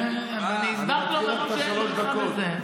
ואני הסברתי לו מראש שאין ברכה בזה.